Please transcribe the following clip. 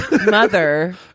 mother